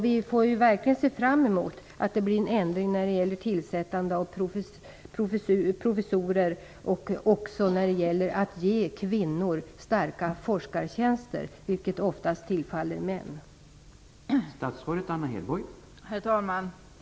Vi får verkligen se fram emot att det blir en ändring när det gäller tillsättande av professorer och också när det gäller att ge kvinnor starka forskartjänster. De tillfaller oftast män.